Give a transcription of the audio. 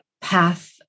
path